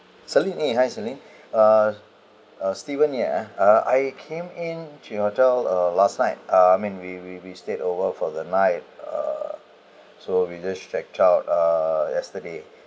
celine in hi celine uh uh steven here uh uh I came in to hotel uh last night I mean we we we stayed over for the night uh so we just checked out uh yesterday